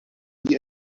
wie